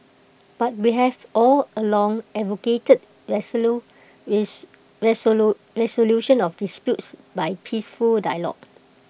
but we have all along advocated resolution of disputes by peaceful dialogue